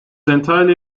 entirely